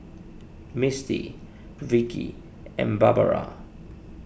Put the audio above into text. Misty Vicki and Barbara